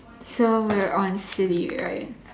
so we are on silly right